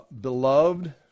beloved